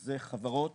אלה חברות